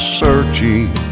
searching